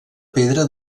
pedra